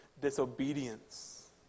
disobedience